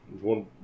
one